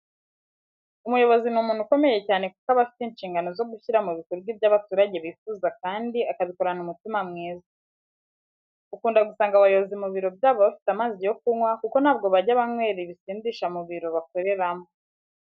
Umuyobozi ni umuntu ukomeye cyane kuko aba afite inshingano zo gushyira mu bikorwa ibyo abaturage bifuza kandi akabikorana umutima mwiza. Ukunda gusanga abayobozi mu biro byabo bafite amazi yo kunywa kuko ntabwo bajya banywera ibisindisha mu biro bakoreramo.